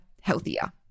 healthier